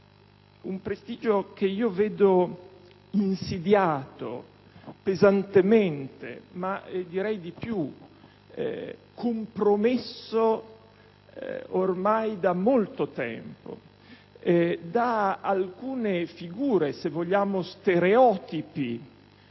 Un prestigio che io vedo insidiato pesantemente, anzi - direi di più - compromesso ormai da molto tempo da alcune figure, se vogliamo stereotipi,